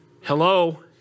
Hello